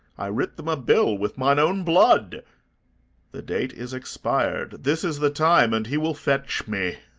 i writ them a bill with mine own blood the date is expired this is the time, and he will fetch me.